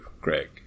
Greg